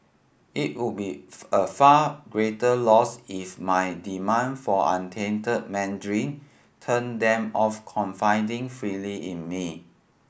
it would be a far greater loss if my demand for untainted Mandarin turned them off confiding freely in me